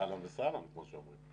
אהלן וסהלן, כמו שאומרים.